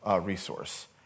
resource